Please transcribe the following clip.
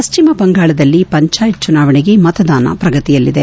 ಪ್ಲಿಮ ಬಂಗಾಳದಲ್ಲಿ ಪಂಚಾಯತ್ ಚುನಾವಣೆಗೆ ಮತದಾನ ಪ್ರಗತಿಯಲ್ಲಿದೆ